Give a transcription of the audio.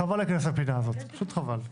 חבל להיכנס לפינה הזאת, פשוט חבל.